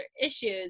issues